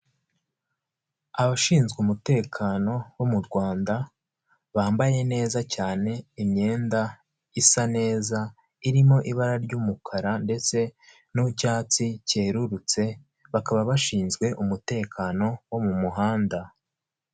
Abashinzwe umutekano bo mu Rwanda bambaye neza cyane imyenda isa neza, irimo ibara ry'umukara ndetse n'icyatsi cyerurutse, bakaba bashinzwe umutekano wo mu muhanda.